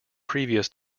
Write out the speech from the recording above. previous